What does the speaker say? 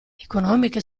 economica